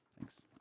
Thanks